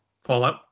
fallout